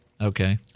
Okay